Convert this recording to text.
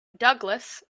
douglas